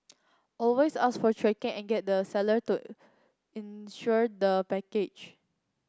always ask for tracking and get the seller to insure the package